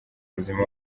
buzima